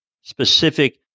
specific